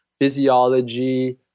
physiology